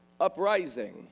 Uprising